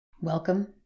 welcome